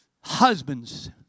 husbands